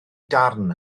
darn